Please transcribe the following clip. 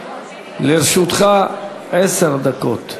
לרשותך עשר דקות.